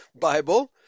Bible